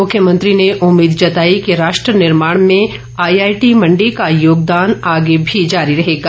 मुख्यमंत्री ने उम्मीद जताई कि राष्ट्र निर्माण में आईआईटी मंडी का योगदान आगे भी जारी रहेगा